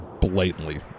blatantly